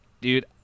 dude